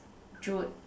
Jood